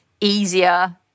easier